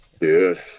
Dude